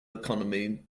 economy